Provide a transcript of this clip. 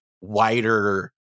wider